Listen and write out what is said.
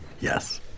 Yes